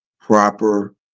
proper